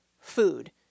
food